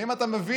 האם אתה מבין